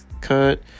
cut